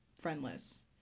friendless